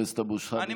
חבר הכנסת אבו שחאדה,